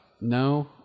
No